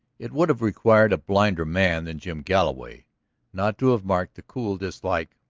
it would have required a blinder man than jim galloway not to have marked the cool dislike